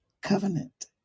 covenant